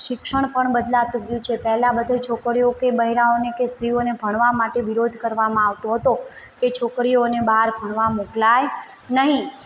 શિક્ષણ પણ બદલાતું ગયું છે પહેલા બધું છોકરીઓને કે બૈરાઓને સ્ત્રીઓને ભણવા માટે વિરોધ કરવામાં આવતો હતો કે છોકરીઓને બહાર ભણવા મોકલાય નહીં